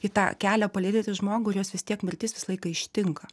į tą kelią palydėti žmogų ir juos vis tiek mirtis visą laiką ištinka